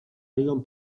ryją